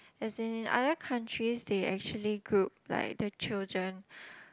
as in other countries they actually good like the children